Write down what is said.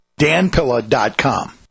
danpilla.com